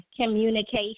communication